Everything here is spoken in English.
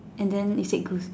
and then you said goose